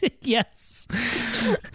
yes